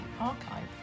Archive